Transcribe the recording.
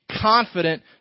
confident